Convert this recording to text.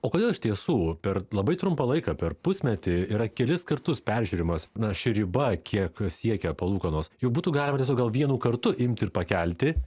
o kodėl iš tiesų per labai trumpą laiką per pusmetį yra kelis kartus peržiūrimas na ši riba kiek siekia palūkanos juk būtų galima tiesiog gal vienu kartu imti ir pakelti